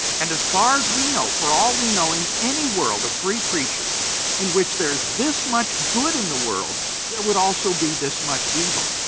and as far as we know, for all we know, in any world free creatures in which there is this much good in the world there would also be this much evil.